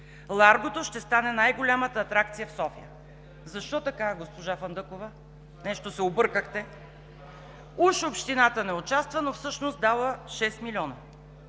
Ларгото ще стане най-голямата атракция в София.“ Защо така, госпожо Фандъкова, нещо се объркахте? Уж общината не участва, но всъщност е дала 6 милиона.